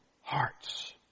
hearts